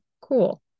Cool